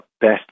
best